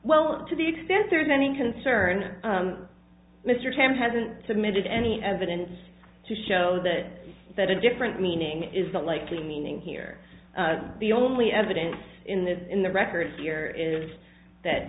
well to the extent there is any concern mr tam hasn't submitted any evidence to show that that a different meaning is that likely meaning here the only evidence in the in the record here is that